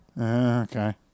Okay